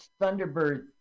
Thunderbird